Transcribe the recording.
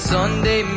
Sunday